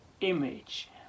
image